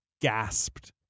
gasped